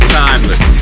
timeless